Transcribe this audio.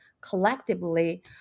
collectively